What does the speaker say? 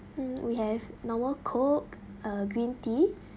mm we have normal coke uh green tea